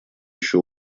еще